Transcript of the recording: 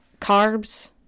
carbs